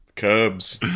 Cubs